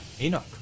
Enoch